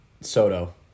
Soto